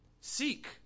seek